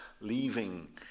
leaving